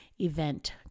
event